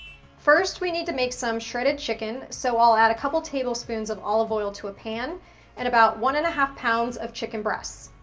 first, we need to make some shredded chicken, so i'll add a couple tablespoons of olive oil to a pan and about one and a half pounds of chicken breasts.